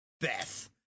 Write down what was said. Beth